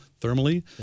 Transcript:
thermally